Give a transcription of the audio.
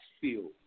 feel